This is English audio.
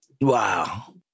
Wow